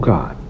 God